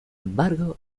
embargo